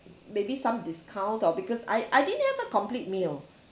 maybe some discount or because I I didn't have a complete meal